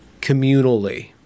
communally